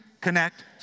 connect